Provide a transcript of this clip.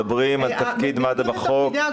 מדברים על תפקיד מד"א בחוק,